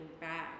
back